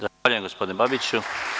Zahvaljujem gospodine Babiću.